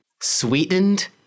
Sweetened